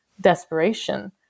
desperation